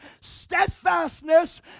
Steadfastness